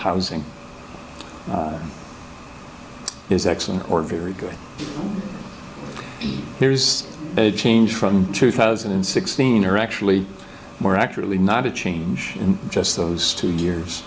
housing is excellent or very good here is a change from two thousand and sixteen or actually more accurately not to change in just those two years